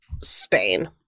Spain